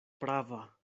prava